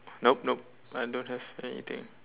nope nope I don't have anything